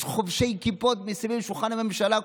יש חובשי כיפות מסביב לשולחן הממשלה.